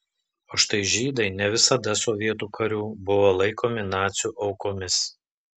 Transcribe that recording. o štai žydai ne visada sovietų karių buvo laikomi nacių aukomis